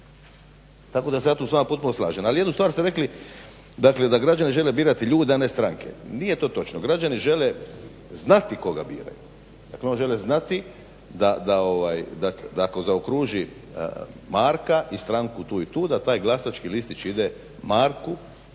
tako da se ja tu s vama potpuno slažem. Ali jednu stvar ste rekli, dakle da građani žele birati ljude, a ne stranke. Nije to točno. Građani žele znati koga biraju, dakle oni žele znati da ako zaokruži Marka i stranku tu i tu, da taj glasački listić ide Marku